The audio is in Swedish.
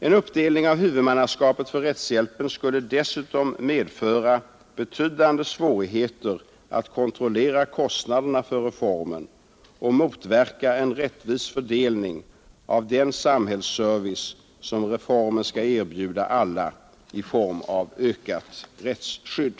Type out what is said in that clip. En uppdelning av huvudmannaskapet för rättshjälpen skulle dessutom medföra betydande svårigheter att kontrollera kostnaderna för reformen och motverka en rättvis fördelning av den samhällsservice som reformen skall erbjuda alla i form av ökat rättsskydd.